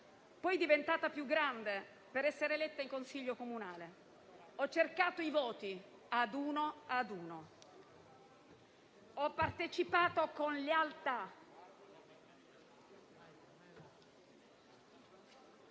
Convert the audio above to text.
Poi, diventata più grande, per essere eletta in consiglio comunale, ho cercato i voti ad uno ad uno. Ho partecipato con lealtà...